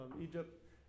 Egypt